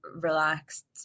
relaxed